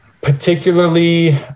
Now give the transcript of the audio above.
particularly